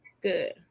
good